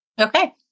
okay